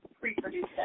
pre-produced